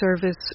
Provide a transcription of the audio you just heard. service